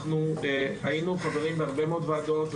אנחנו היינו חברים בהרבה מאוד ועדות,